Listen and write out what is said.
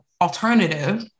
alternative